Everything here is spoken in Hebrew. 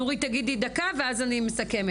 נורית, תדברי דקה ואז אני מסכמת.